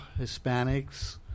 Hispanics